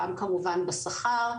גם כמובן בשכר,